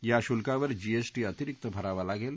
या शुल्कावर जीएसटी अतिरिक्त भरावा लागेल